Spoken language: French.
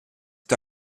est